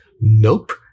nope